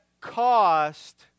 cost